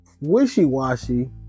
wishy-washy